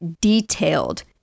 detailed